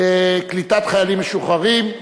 קליטת חיילים משוחררים (תיקון,